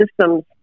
systems